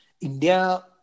India